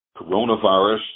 Coronavirus